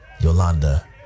Yolanda